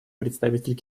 представитель